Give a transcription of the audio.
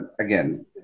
Again